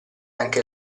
anche